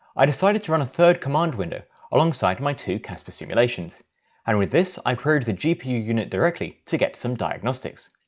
i decided to run a third command window alongside my two cassper simulations and with this i probed the gpu unit directly to get some diagnostics.